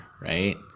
Right